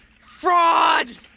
fraud